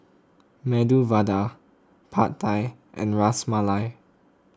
Medu Vada Pad Thai and Ras Malai